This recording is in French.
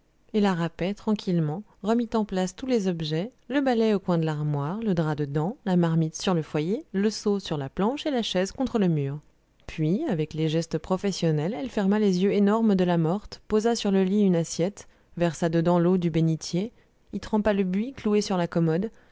et la rapet tranquillement remit en place tous les objets le balai au coin de l'armoire le drap dedans la marmite sur le foyer le seau sur la planche et la chaise contre le mur puis avec les gestes professionnels elle ferma les yeux énormes de la morte posa sur le lit une assiette versa dedans l'eau du bénitier y trempa le buis cloué sur la commode